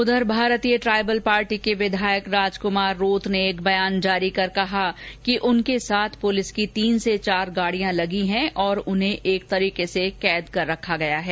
उधर भारतीय tribal party के विधायक राजकुमार रोत ने एक बयान जारी कर कहा कि उनके साथ पुलिस की तीन से चार गाड़ियां लगी हैं और उन्हें एक तरीके से कैद कर रखा है